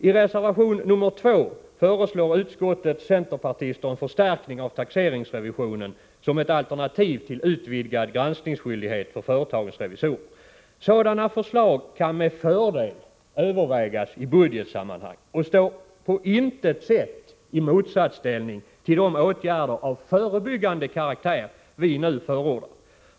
I reservation 2 föreslår utskottets centerpartister en förstärkning av taxeringsrevisionen som ett alternativ till utvidgad granskningsskyldighet för företagens revisorer. Sådana förslag kan med fördel övervägas i budgetsammanhang och står på intet sätt i motsatsställning till de åtgärder av förebyggande karaktär som vi nu förordar.